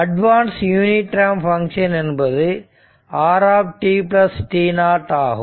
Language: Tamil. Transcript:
அட்வான்ஸ் யூனிட்ரேம்ப் பங்க்ஷன் என்பது rt t0 ஆகும்